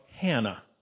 Hannah